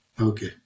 Okay